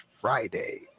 Friday